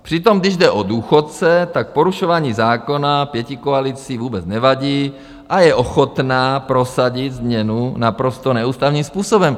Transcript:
Přitom když jde o důchodce, porušování zákona pětikoalicí vůbec nevadí a je ochotna prosadit změnu naprosto neústavním způsobem.